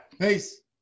peace